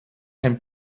can